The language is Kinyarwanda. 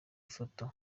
ifoto